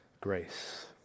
grace